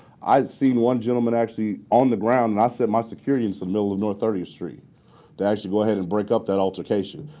i'd seen one gentleman actually on the ground and i sent my security in the middle of north thirtieth street to actually go ahead and break up that altercation.